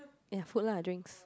ya food lah drinks